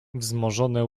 wzmożone